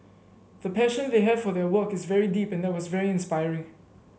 the passion they have for their work is very deep and that was very inspiring